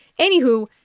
Anywho